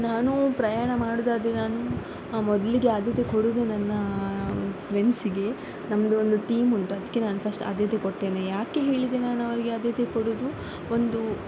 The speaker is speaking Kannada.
ನಾನು ಪ್ರಯಾಣ ಮಾಡುವುದಾದ್ರೆ ನಾನು ಮೊದಲಿಗೆ ಆದ್ಯತೆ ಕೊಡುವುದು ನನ್ನ ಫ್ರೆಂಡ್ಸಿಗೆ ನಮ್ಮದು ಒಂದು ಟೀಮ್ ಉಂಟು ಅದಕ್ಕೆ ನಾನು ಫಸ್ಟ್ ಆದ್ಯತೆ ಕೊಡ್ತೇನೆ ಯಾಕೆ ಹೇಳಿದೆ ನಾನು ಅವರಿಗೆ ಆದ್ಯತೆ ಕೊಡುವುದು ಒಂದು